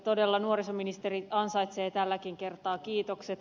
todella nuorisoministeri ansaitsee tälläkin kertaa kiitokset